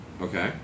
Okay